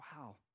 wow